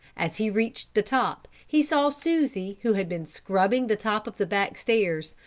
as he reached the top, he saw susie who had been scrubbing the top of the back stairs,